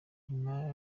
nyuma